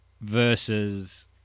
versus